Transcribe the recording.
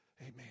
Amen